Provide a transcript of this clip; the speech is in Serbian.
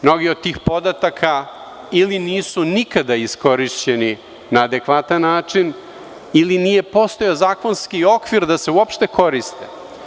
Mnogi od tih podataka ili nisu nikada iskorišćeni na adekvatan način ili nije postojao zakonski okvir da se uopšte koriste.